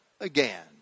Again